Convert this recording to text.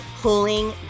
pulling